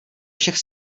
všech